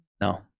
No